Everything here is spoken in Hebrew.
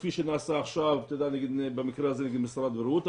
כפי שנעשה עכשיו נגיד במקרה הזה במשרד הבריאות,